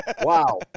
Wow